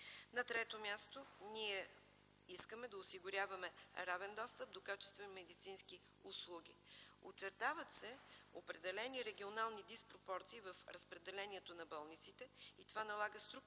На трето място, ние искаме да осигуряваме равен достъп до качествени медицински услуги. Очертават се определени регионални диспропорции в разпределението на болниците и това налага структурни